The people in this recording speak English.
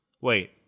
Wait